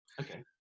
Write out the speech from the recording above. Okay